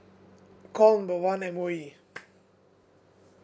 call number one M_O_E